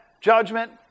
judgment